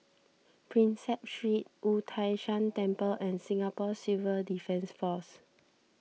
Prinsep Street Wu Tai Shan Temple and Singapore Civil Defence force